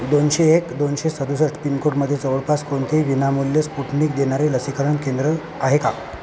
दोनशे एक दोनशे सदुसष्ट पिनकोडमध्ये जवळपास कोणतेही विनामूल्य स्पुटनिक देणारे लसीकरण केंद्र आहे का